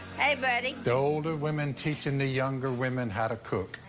hey, buddy. the older women teaching the younger women how to cook.